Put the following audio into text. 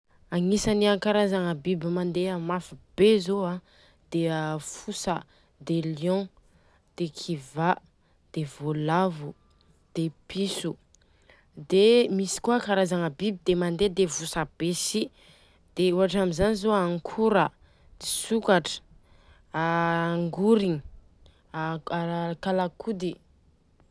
Agnisany a karazagna biby mandeha mafy be zô an dia a fosa, dia kiva, liogna dia kiva, dia vôlavo dia piso. Dia misy koa karazagna biby dia mandeha dia vosa be si, ohatra amizany zô ankora, sokatra, a angorigna, kalakody.